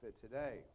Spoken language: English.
today